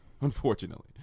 unfortunately